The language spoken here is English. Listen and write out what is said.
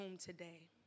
today